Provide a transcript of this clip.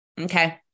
okay